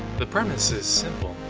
the premise is simple.